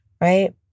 right